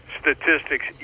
statistics